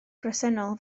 bresennol